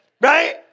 Right